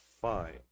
fine